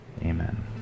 Amen